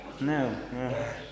no